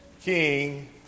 king